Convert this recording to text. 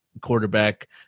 quarterback